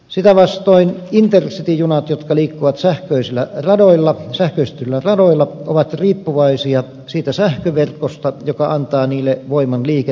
sitä vastoin intercity junat jotka liikkuvat sähköistetyillä radoilla ovat riippuvaisia siitä sähköverkosta joka antaa niille voiman liikenteeseen